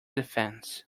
defense